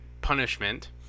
punishment